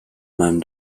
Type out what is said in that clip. meinem